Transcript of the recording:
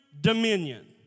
dominion